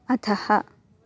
अथ